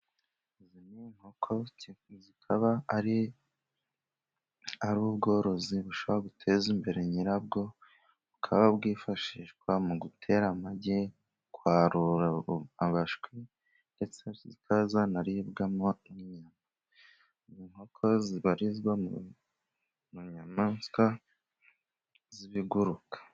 Izi ni inkoko zikaba ari ubworozi bushobora guteza imbere nyira bwo bukaba bwifashishwa mu gutera amagi, kwarura abashwi, ndetse zikaba zanaribwamo n'inyama. Izi nkoko Zibarizwa mu nyamaswa z'ibiguruka.